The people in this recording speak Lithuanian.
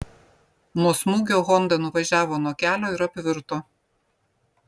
nuo smūgio honda nuvažiavo nuo kelio ir apvirto